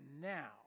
now